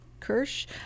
Kirsch